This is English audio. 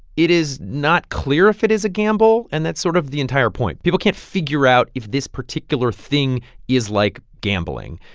it is not clear if it is a gamble, and that's sort of the entire point. people can't figure out if this particular thing is like gambling.